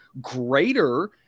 greater